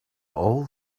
all